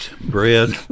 bread